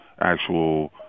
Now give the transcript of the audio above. actual